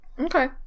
Okay